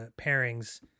pairings